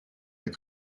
your